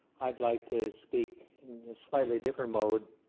i'd like to speak in a slightly different mode,